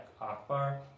Akbar